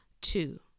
two